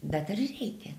bet ar reikia